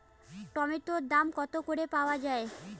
টমেটোর দাম কত করে পাওয়া যায়?